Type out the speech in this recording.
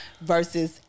versus